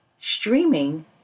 streaming